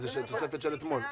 --- זה סוכם אתמול?